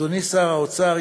אדוני שר האוצר,